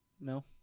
No